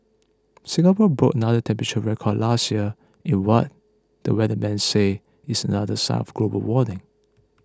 Singapore broke another temperature record last year in what the weatherman says is another sign of global warming